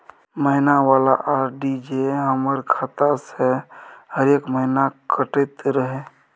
महीना वाला आर.डी जे हमर खाता से हरेक महीना कटैत रहे?